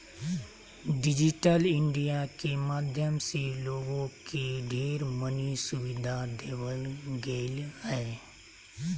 digital India के माध्यम से लोगों के ढेर मनी सुविधा देवल गेलय ह